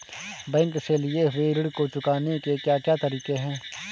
Bank से लिए हुए ऋण को चुकाने के क्या क्या तरीके हैं?